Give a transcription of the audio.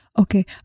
Okay